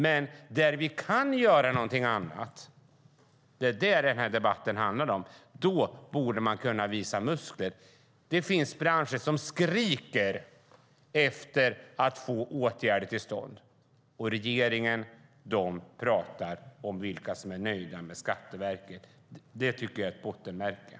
Men där man kan göra någonting annat - det är det som denna debatt handlar om - borde man kunna visa muskler. Det finns branscher som skriker efter att få åtgärder till stånd. Men regeringen talar om vilka som är nöjda med Skatteverket. Det tycker jag är en bottennotering.